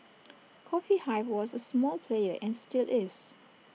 coffee hive was A small player and still is